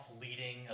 leading